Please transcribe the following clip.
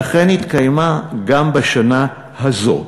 ואכן התקיימה גם בשנה הזאת.